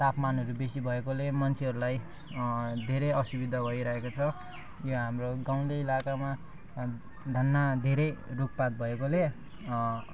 तापमानहरू बेसी भएकोले मान्छेहरूलाई धेरै असुविधा भइरहेको छ यो हाम्रो गाउँले इलाकामा धन्न धेरै रुखपात भएकोले